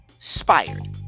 Inspired